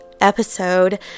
episode